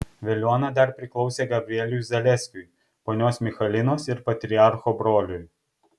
veliuona dar priklausė gabrieliui zaleskiui ponios michalinos ir patriarcho broliui